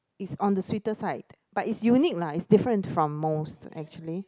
it's on the sweeter side but it's unique lah it's different from most actually